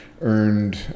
Earned